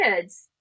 kids